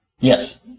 yes